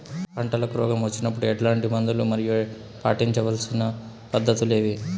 పంటకు రోగం వచ్చినప్పుడు ఎట్లాంటి మందులు మరియు పాటించాల్సిన పద్ధతులు ఏవి?